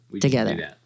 together